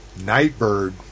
Nightbird